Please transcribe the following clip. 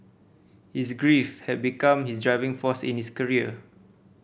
his grief had become his driving force in his career